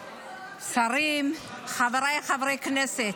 שרים, חבריי חברי הכנסת,